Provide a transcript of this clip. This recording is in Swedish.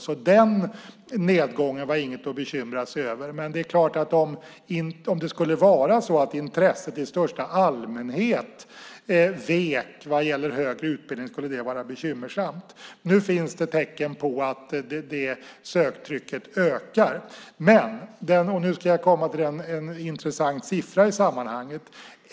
Så den nedgången var inget att bekymra sig över. Men om intresset i största allmänhet vek vad gäller högre utbildning skulle det vara bekymmersamt. Nu finns det tecken på att det söktrycket ökar. Nu ska jag komma till en intressant siffra i sammanhanget.